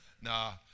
Nah